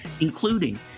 including